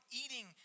eating